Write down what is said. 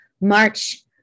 March